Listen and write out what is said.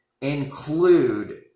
include